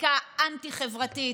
בחקיקה האנטי-חברתית,